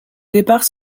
départ